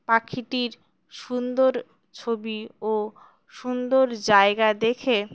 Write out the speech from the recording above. পাখিটির সুন্দর ছবি ও সুন্দর জায়গা দেখে